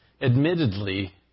admittedly